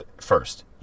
first